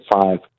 five